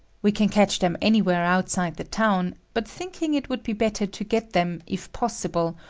we can catch them anywhere outside the town, but thinking it would be better to get them, if possible,